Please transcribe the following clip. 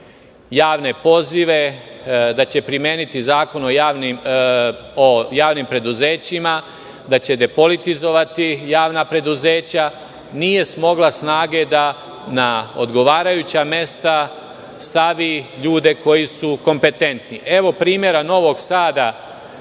javne pozive, da će primeniti Zakon o javnim preduzećima, da će depolitizovati javna preduzeća, nije smogla snage da na odgovarajuća mesta stavi ljude koji su kompententni. Primer Novog Sada